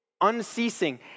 unceasing